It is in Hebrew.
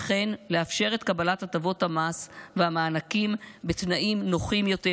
וכן לאפשר את קבלת הטבות המס והמענקים בתנאים נוחים יותר,